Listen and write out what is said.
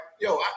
yo